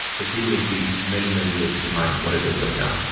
the field would be many, many years behind what it is right now